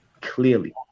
clearly